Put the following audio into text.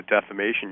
defamation